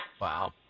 Wow